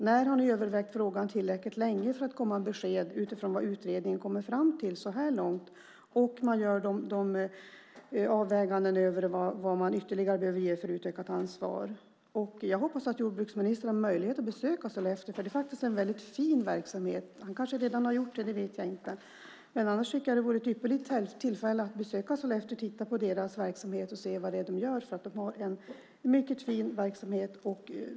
När har ni övervägt frågan tillräckligt länge för att komma med besked utifrån vad utredningen kommer fram till så här långt och gjort överväganden om vad man ytterligare behöver göra när det gäller utökat ansvar? Jag hoppas att jordbruksministern har möjlighet att besöka Sollefteå. Det är faktiskt en väldigt fin verksamhet. Han kanske redan har gjort det, det vet jag inte. Annars tycker jag att det vore ett ypperligt tillfälle att besöka Sollefteå och titta på deras verksamhet och se vad det är de gör. För de har en mycket fin verksamhet.